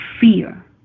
fear